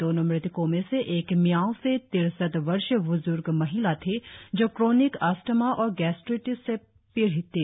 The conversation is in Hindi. दोनों मृतकों में से एक मियाओ से तिरसठ वर्षीय बुजुर्ग महिला थी जो क्रोनिक अस्थमा और गैस्ट्रिटिस से पीड़ित थी